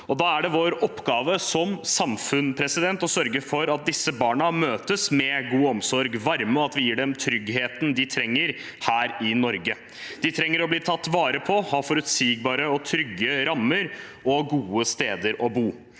Da er det vår oppgave som samfunn å sørge for at disse barna møtes med god omsorg og varme, og at vi gir dem tryggheten de trenger her i Norge. De trenger å bli tatt vare på, ha forutsigbare og trygge rammer og gode steder å bo.